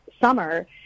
summer